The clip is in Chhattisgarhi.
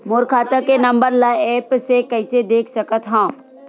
मोर खाता के नंबर ल एप्प से कइसे देख सकत हव?